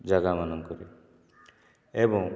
ଜାଗା ମାନଙ୍କରେ ଏବଂ